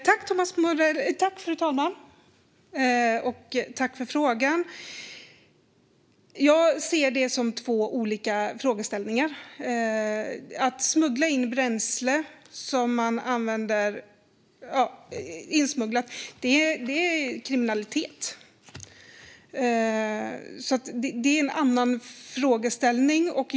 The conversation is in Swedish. Fru talman! Tack, Thomas Morell, för frågan! Jag ser detta som två olika frågeställningar. Att smuggla in bränsle och använda insmugglat bränsle är kriminalitet. Det är en annan frågeställning.